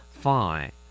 Fine